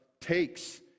takes